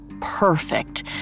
perfect